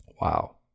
wow